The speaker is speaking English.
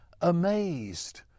amazed